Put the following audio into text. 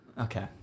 Okay